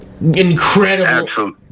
incredible